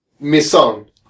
Misson